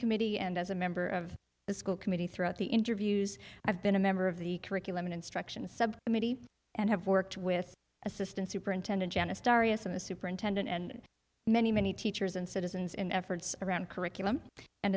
committee and as a member of the school committee throughout the interviews i've been a member of the curriculum and instruction subcommittee and have worked with assistant superintendent janice darrius i'm a superintendent and many many teachers and citizens in efforts around curriculum and